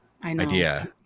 idea